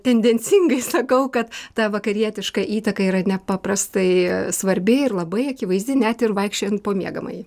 tendencingai sakau kad ta vakarietiška įtaka yra nepaprastai svarbi ir labai akivaizdi net ir vaikščiojant po miegamąjį